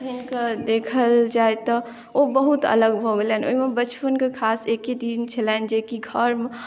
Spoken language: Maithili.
अखनके देखल जाय तऽ ओ बहुत अलग भऽ गेलनि ओहिमे बचपनके खास एके दिन छलनि जे कि घरमे